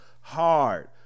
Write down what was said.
hard